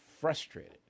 frustrated